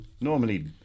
Normally